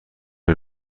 این